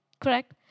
Correct